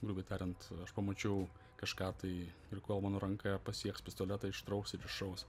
grubiai tariant aš pamačiau kažką tai ir kol mano ranka pasieks pistoletą ištrauks ir išaus